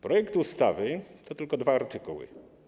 Projekt ustawy to tylko dwa artykuły.